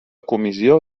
comissió